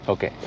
Okay